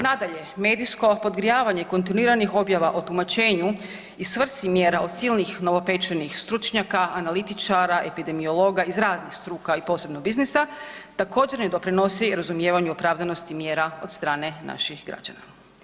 Nadalje, medijsko podgrijavanje kontinuiranih objava o tumačenju i svrsi mjera od silnih novopečenih stručnjaka, analitičara, epidemiologa iz raznih struka i posebno biznisa također ne doprinosi razumijevanju opravdanosti mjera od strane naših građana.